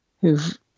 who've